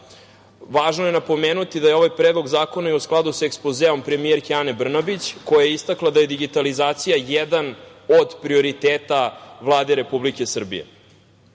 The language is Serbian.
je napomenuti da je ovaj Predlog zakona i u skladu sa ekspozeom premijerke Ane Brnabić koja je istakla da je digitalizacija jedan od prioriteta Vlade Republike Srbije.